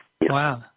Wow